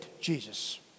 Jesus